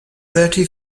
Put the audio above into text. thirty